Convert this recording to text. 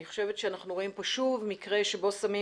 אני חושבת שאנחנו רואים פה שוב מקרה שבו שמים